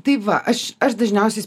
tai va aš aš dažniausiai